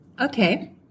Okay